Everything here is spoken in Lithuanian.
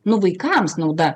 nu vaikams nauda